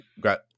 got